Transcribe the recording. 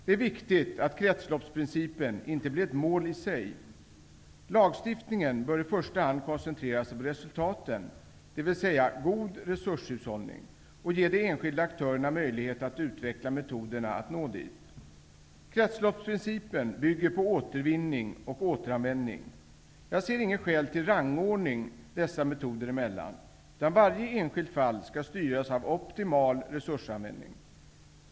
Det är viktigt att kretsloppsprincipen inte blir ett mål i sig. Lagstiftningen bör i första hand koncentrera sig på resultaten -- dvs. god resurshushållning -- och ge de enskilda aktörerna möjlighet att uveckla metoderna att nå dit. Kretsloppsprincipen bygger på återvinning och återanvändning. Jag ser inget skäl till rangordning dessa metoder emellan, utan varje enskilt fall skall styras av optimal resursanvändning.